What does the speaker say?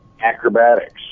acrobatics